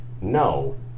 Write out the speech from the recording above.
no